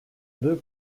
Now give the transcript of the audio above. deux